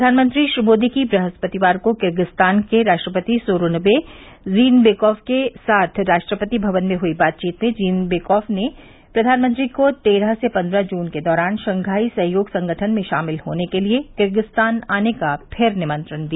प्रधानमंत्री श्री मोदी की बृहस्पतिवार को किर्गिजस्तान के राष्ट्रपति सोरोनबे जीनबेकॉफ के साथ राष्ट्रपति भवन में हुई बातचीत में जीनबेकॉफ ने प्रधानमंत्री को तेरह से पन्द्रह जून के दौरान शंघाई सहयोग संगठन सम्मेलन में शामिल होने के लिए किर्गिजिस्तान आने का फिर निमंत्रण दिया